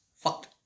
fucked